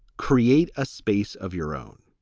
create a space of your own.